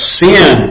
sin